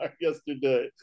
yesterday